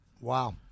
Wow